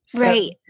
Right